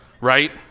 Right